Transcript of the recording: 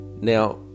Now